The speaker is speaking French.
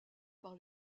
par